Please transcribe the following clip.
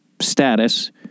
status